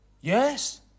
Yes